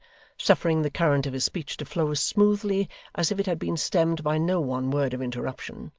suffering the current of his speech to flow as smoothly as if it had been stemmed by no one word of interruption,